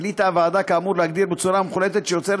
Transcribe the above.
החליטה הוועדה כאמור להגדיר בצורה מוחלטת שיוצרת